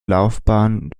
laufbahn